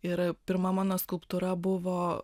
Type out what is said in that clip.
ir pirma mano skulptūra buvo